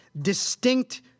distinct